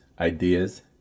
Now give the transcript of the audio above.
ideas